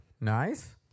Nice